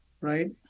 Right